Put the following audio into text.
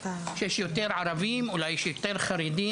יש יותר ערבים, אולי יש יותר חרדים.